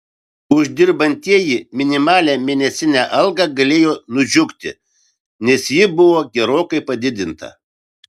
uždirbantieji minimalią mėnesinę algą galėjo nudžiugti nes ji buvo gerokai padidinta